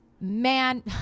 man